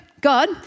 God